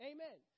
Amen